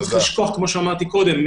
כמו שאמרתי קודם,